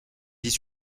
dix